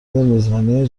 میزبانی